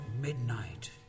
midnight